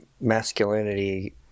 masculinity